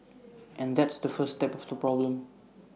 and that's the first step of the problem